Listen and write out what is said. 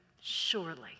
surely